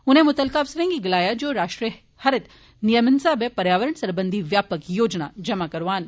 उन्नें मुत्तलका अफसरें गी गलाया जे राष्ट्रीय हरित नियमन स्हाबे पर्यावरण सरबंधी व्यापक योजना जमा करौआन